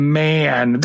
man